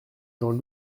jean